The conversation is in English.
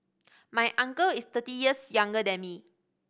my uncle is thirty years younger than me